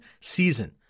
season